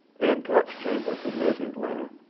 anne cox chambers, who lives in atlanta,